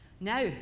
Now